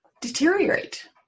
deteriorate